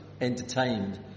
entertained